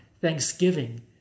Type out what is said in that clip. thanksgiving